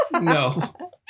no